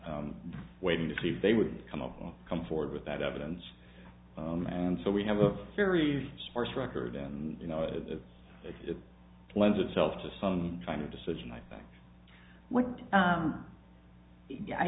waiting to see if they would come up or come forward with that evidence and so we have a very sparse record and you know if it lends itself to some kind of decision i think